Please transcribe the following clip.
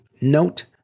note